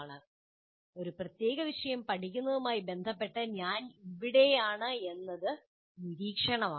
"ഒരു പ്രത്യേക വിഷയം പഠിക്കുന്നതുമായി ബന്ധപ്പെട്ട് ഞാൻ ഇവിടെയാണ്" എന്നത് നിരീക്ഷണമാണ്